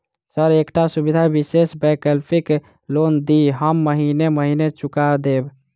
Sir एकटा सुविधा विशेष वैकल्पिक लोन दिऽ हम महीने महीने चुका देब?